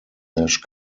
nash